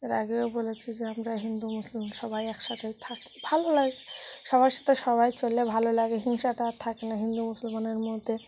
এর আগেও বলেছি যে আমরা হিন্দু মুসলিম সবাই একসাথে থাকি ভালো লাগে সবার সাথে সবাই চললে ভালো লাগে হিংসাটা আর থাকে না হিন্দু মুসলমানের মধ্যে